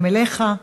גם אליך.